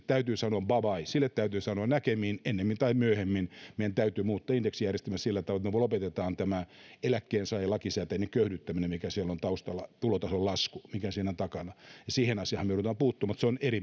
täytyy sanoa bye bye sille täytyy sanoa näkemiin ennemmin tai myöhemmin meidän täytyy muuttaa indeksijärjestelmää sillä tavalla että me lopetamme tämän eläkkeensaajan lakisääteisen köyhdyttämisen mikä siellä on taustalla tulotason lasku mikä siinä on takana siihen asiaanhan me joudumme puuttumaan mutta se on eri